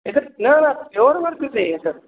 एतत् न न कृते एतत्